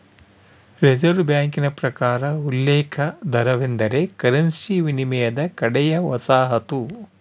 reserve ಬ್ಯಾಂಕಿನ ಪ್ರಕಾರ ಉಲ್ಲೇಖ ದರವೆಂದರೆ ಕರೆನ್ಸಿ ವಿನಿಮಯದ ಕಡೆಯ ವಸಾಹತು